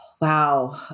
Wow